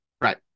Right